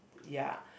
ya